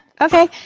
Okay